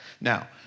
Now